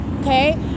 Okay